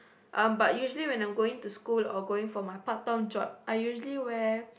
um but usually when I'm going to school or going for my part time job I usually wear